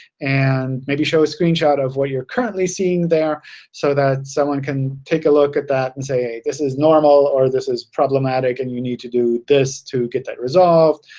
and maybe show a screenshot of what you're currently seeing there so that someone can take a look at that and say this is normal or this is problematic, and you need to do this to get that resolved.